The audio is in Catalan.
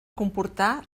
comportar